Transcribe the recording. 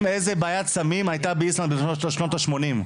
איזה בעיית סמים הייתה באיסלנד בשנות השמונים,